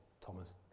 Thomas